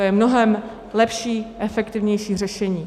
To je mnohem lepší a efektivnější řešení.